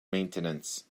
maintenance